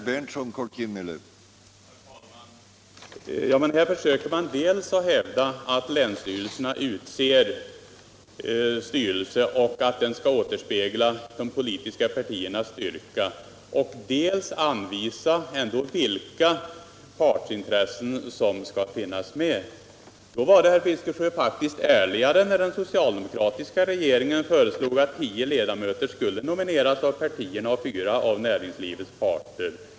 Herr talman! Här försöker man dels hävda att länsstyrelserna utser styrelsen och att denna skall återspegla de politiska partiernas styrka, dels anvisa vilka partsintressen som skall finnas med. Då var det, herr Fiskesjö, faktiskt ärligare när den socialdemokratiska regeringen föreslog att tio ledamöter skulle nomineras av partierna och fyra av näringslivets parter.